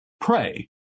pray